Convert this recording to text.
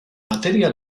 material